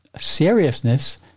seriousness